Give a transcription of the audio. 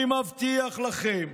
אני מבטיח לכם,